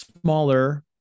smaller